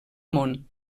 món